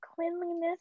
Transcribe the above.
cleanliness